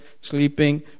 sleeping